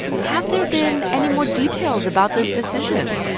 have there been any more details about this decision?